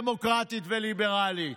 דמוקרטית וליברלית.